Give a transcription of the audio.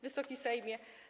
Wysoki Sejmie!